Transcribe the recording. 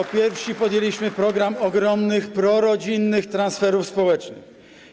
Jako pierwsi podjęliśmy program ogromnych prorodzinnych transferów społecznych.